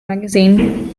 magazine